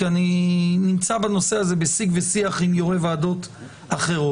כי אני נמצא בנושא הזה בשיג ושיח עם יושבי-ראש ועדות אחרות,